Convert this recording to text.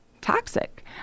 toxic